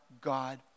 God